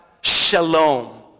Shalom